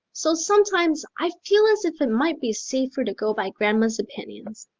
so sometimes i feel as if it might be safer to go by grandma's opinions.